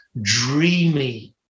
dreamy